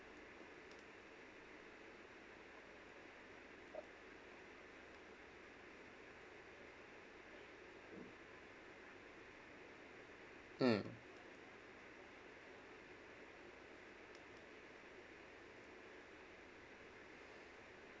mm